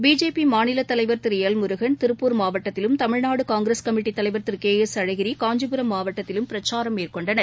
BJP மாநிலத்தலைவர் Thiru L Murugan Tiruppur மாவட்டத்திலும் Tamil Nadu Congress committee தலைவர் திரு கே எஸ் அழகிரி காஞ்சிபுரம் மாவட்டத்திலும் பிரச்சாரம் மேற்கொண்டனர்